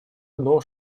одно